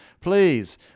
please